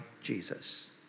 Jesus